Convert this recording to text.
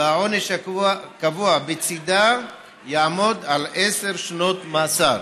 שהעונש הקבוע בצידה יעמוד על עשר שנות מאסר.